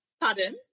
Pardon